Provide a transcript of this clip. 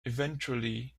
eventually